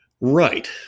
Right